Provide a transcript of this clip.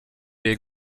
jej